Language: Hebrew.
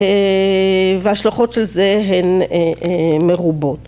‫והשלוחות של זה הן מרובות.